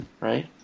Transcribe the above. right